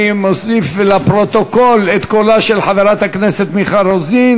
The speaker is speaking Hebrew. אני מוסיף לפרוטוקול את קולה של חברת הכנסת מיכל רוזין.